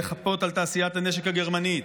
לחפות על תעשיית הנשק הגרמנית,